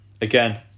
again